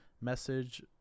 message